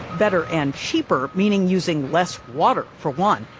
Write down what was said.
better and cheaper, meaning using less water, for one.